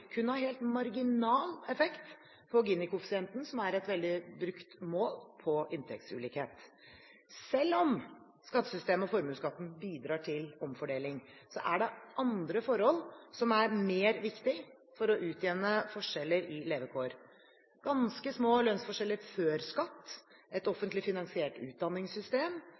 ha helt marginal effekt på Gini-koeffisienten, som er et veldig mye brukt mål på inntektsulikhet. Selv om skattesystemet og formuesskatten bidrar til omfordeling, er det andre forhold som er viktigere for å utjevne forskjeller i levekår. Ganske små lønnsforskjeller før skatt, et offentlig finansiert utdanningssystem,